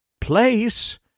place